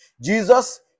Jesus